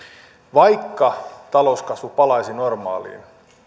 vaikka talouskasvu palaisi normaaliin